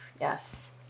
Yes